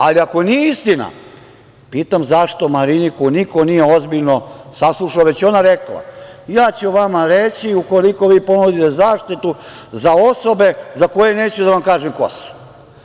Ali, ako nije istina, pitam - zašto Mariniku niko nije ozbiljno saslušao, već je ona rekla – ja ću vama reći ukoliko vi ponudite zaštitu za osobe za koje neću da vam kažem ko su?